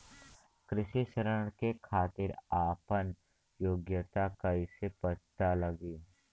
कृषि ऋण के खातिर आपन योग्यता कईसे पता लगी?